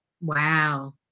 Wow